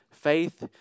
Faith